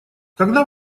когда